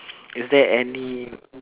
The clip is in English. is there any